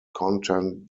content